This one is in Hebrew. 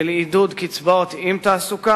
של עידוד קצבאות עם תעסוקה.